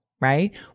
Right